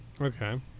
Okay